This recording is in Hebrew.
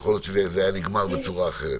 ויכול להיות שזה היה נגמר בצורה אחרת,